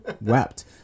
wept